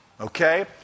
okay